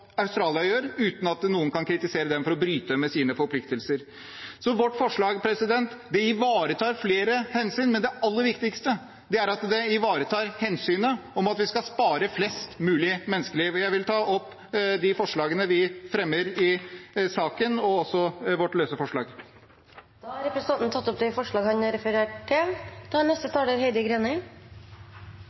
Australia gjør uten at noen kan kritisere dem for å bryte med sine forpliktelser. Vårt forslag ivaretar flere hensyn, men det aller viktigste er at det ivaretar hensynet om at vi skal spare flest mulig menneskeliv. Jeg vil ta opp de forslagene Fremskrittspartiet fremmer i saken. Da har representanten Jon Engen-Helgheim tatt opp de forslagene han refererte til.